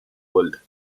world